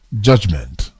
judgment